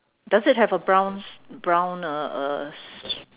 does it have a brown brown uh uh